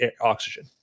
oxygen